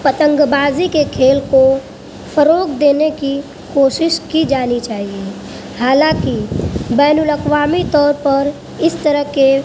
پتنگ بازی کے کھیل کو فروغ دینے کی کوشش کی جانی چاہیے حالانکہ بین الاقوامی طور پر اس طرح کے